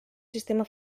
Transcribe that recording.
sistema